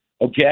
okay